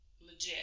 legit